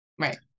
Right